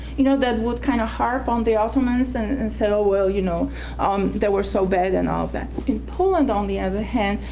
you know, that would kind of harp on the ottomans and and say oh well, you know um they were so bad, and all of that. in poland on the other hand,